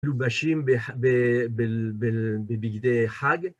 לובשים בבגדי חג.